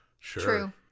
true